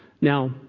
Now